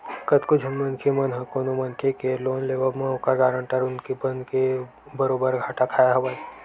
कतको झन मनखे मन ह कोनो मनखे के लोन लेवब म ओखर गारंटर बनके बरोबर घाटा खाय हवय